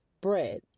bread